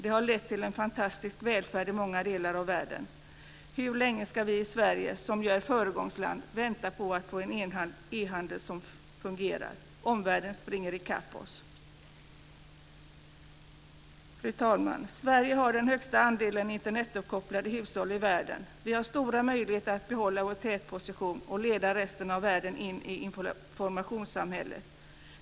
Det har lett till en fantastisk välfärd i många delar av världen. Hur länge ska vi i Sverige, som ju är ett föregångsland, vänta på att få en ehandel som fungerar? Omvärlden springer i kapp oss. Fru talman! Sverige har den högsta andelen Internetuppkopplade hushåll i världen. Vi har stora möjligheter att behålla vår tätposition och leda resten av världen in i informationssamhället.